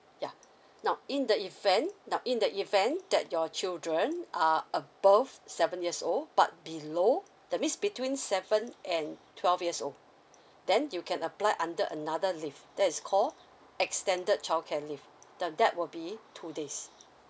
yeah now in the event now in the event that your children are above seven years old but below that means between seven and twelve years old then you can apply under another leave that is called extended childcare leave now that will be two days